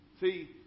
See